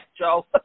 Joe